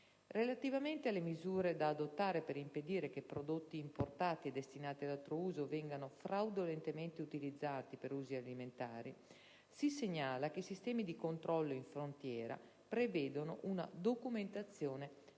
Relativamente alle misure da adottare per impedire che prodotti importati e destinati ad altro uso vengano fraudolentemente utilizzati per usi alimentari, si segnala che i sistemi di controllo in frontiera prevedono una documentazione di